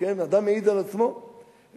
ואדם מעיד על עצמו,